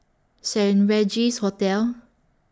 Saint Regis Hotel